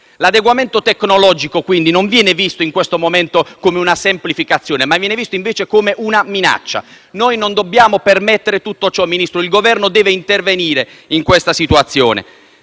L'adeguamento tecnologico, quindi, viene considerato non come una semplificazione, ma come una minaccia. Noi non dobbiamo permettere tutto ciò, Ministro, e il Governo deve intervenire in questa situazione.